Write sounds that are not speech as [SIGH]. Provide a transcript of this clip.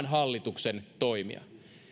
[UNINTELLIGIBLE] hallituksen toimia